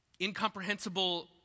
incomprehensible